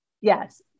Yes